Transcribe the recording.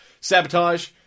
Sabotage